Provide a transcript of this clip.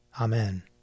Amen